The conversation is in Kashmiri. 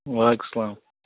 وعلیکُم سلام